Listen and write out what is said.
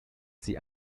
sie